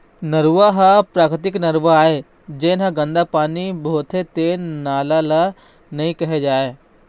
नरूवा ह प्राकृतिक नरूवा आय, जेन ह गंदा पानी बोहाथे तेन नाला ल नइ केहे जाए